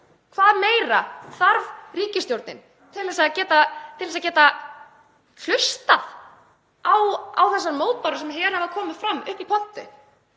hvað meira þarf ríkisstjórnin til þess að geta hlustað á þessar mótbárur sem hér hafa komið fram í pontu?